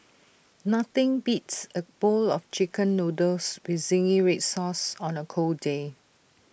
nothing beats A bowl of Chicken Noodles with Zingy Red Sauce on A cold day